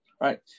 right